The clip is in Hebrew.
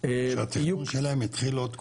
--- שהתכנון שלהם התחיל עוד קודם.